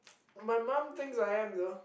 my mom thinks I am though